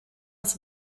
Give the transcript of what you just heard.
als